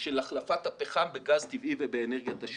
של החלפת הפחם בגז טבעי ובאנרגיית השמש.